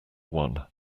one